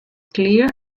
clear